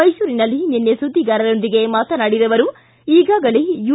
ಮೈಸೂರಿನಲ್ಲಿ ನಿನ್ನೆ ಸುದ್ದಿಗಾರರೊಂದಿಗೆ ಮಾತನಾಡಿದ ಅವರು ಈಗಾಗಲೇ ಯು